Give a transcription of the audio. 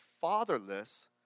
fatherless